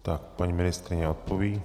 Tak, paní ministryně odpoví.